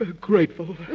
grateful